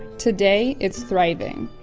today it's thriving.